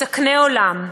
מתקני עולם,